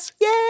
Yay